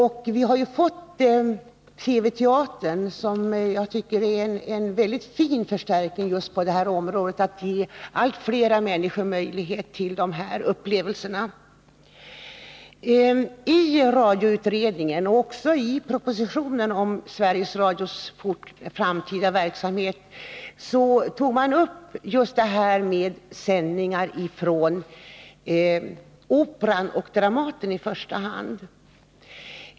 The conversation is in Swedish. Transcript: Och vi har ju fått TV-teatern, som jag tycker är en fin förstärkning just när det gäller att ge allt fler människor möjlighet till teaterupplevelser. I radioutredningen och också i propositionen om Sveriges Radios framtida verksamhet tog man upp frågan om sändningar från i första hand Operan och Dramaten.